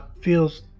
feels